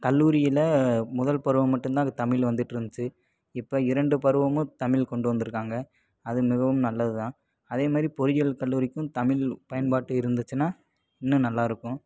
கல்லூரியில முதல் பருவம் மட்டுந்தான் அது தமிழ் வந்துட்டுருந்துச்சு இப்போ இரண்டு பருவமும் தமிழ் கொண்டு வந்திருக்காங்க அது மிகவும் நல்லதுதான் அதேமாதிரி பொறியியல் கல்லூரிக்கும் தமிழ் பயன்பாடு இருந்துச்சுன்னா இன்னும் நல்லாயிருக்கும்